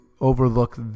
overlook